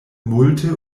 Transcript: multe